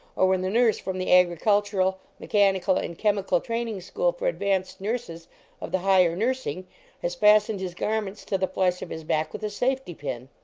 or when the nurse from the agricultural, me chanical and chemical training school for advanced nurses of the higher nursing has fastened his garments to the flesh of his back with a safety-pin.